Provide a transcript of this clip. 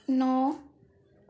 ন